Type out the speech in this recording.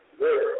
world